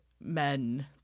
men